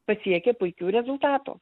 pasiekė puikių rezultatų